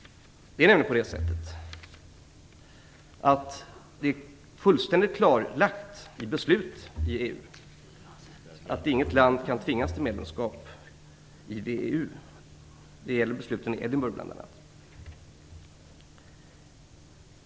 Det är nämligen fullständigt klarlagt genom beslut i EU att inget land kan tvingas till medlemskap i VEU. Det framgår bl.a. av besluten i Edinburgh.